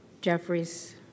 Jeffries